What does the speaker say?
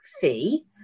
fee